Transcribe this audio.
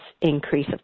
increase